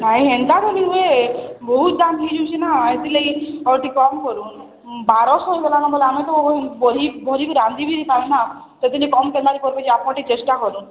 ନାହିଁ ହେନ୍ତା ତ ନାଇଁ ହୁଏ ବହୁତ ଦାମ୍ ହେଇଯାଉଛି ନା ଏଥିର୍ଲାଗି କମ୍ କରୁନ୍ ବାରଶହ ହେଇଗଲାନ ବୋଇଲେ ଆମେ ତ ବହି ଭରିକି ରାନ୍ଧି ବି ପାରେନା ସେଥିର୍ଲାଗି କମ୍ କେନ୍ତା କରିବେ ଯେ ଆପଣ ଟିକେ ଚେଷ୍ଟା କରୁନ୍